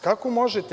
Kako možete?